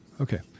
Okay